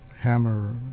hammer